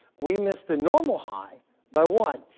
we missed the normal high by one.